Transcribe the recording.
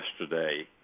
yesterday